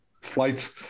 flights